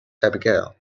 abigail